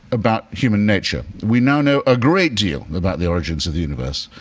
about human nature. we now know a great deal about the origins of the universe,